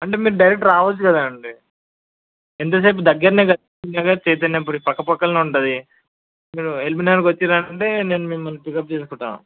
అంటే మీరు డైరెక్ట్ రావచ్చు కదండి ఎంతసేపు దగ్గరనే కదా చైతన్యపురి పక్కపక్కలో ఉంటుంది మీరు ఎల్బినగర్కు వచ్చినారంటే మేము మిమ్మల్ని పిక్అప్ చేసుకుంటా